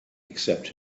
except